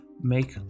make